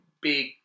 big